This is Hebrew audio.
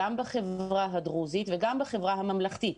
בחברה הדרוזית וגם בחברה הממלכתית.